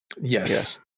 Yes